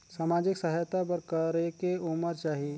समाजिक सहायता बर करेके उमर चाही?